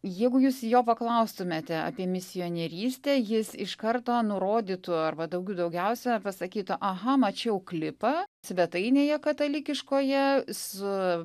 jeigu jūs jo paklaustumėte apie misionierystę jis iš karto nurodytų arba daugių daugiausia pasakytų aha mačiau klipą svetainėje katalikiškoje su